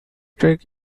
creek